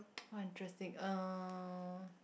!wah! interesting er